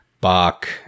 Bach